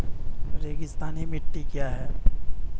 रेगिस्तानी मिट्टी क्या है?